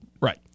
Right